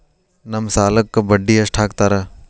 ನಮ್ ಸಾಲಕ್ ಬಡ್ಡಿ ಎಷ್ಟು ಹಾಕ್ತಾರ?